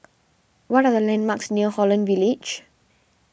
what are the landmarks near Holland Village